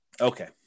Okay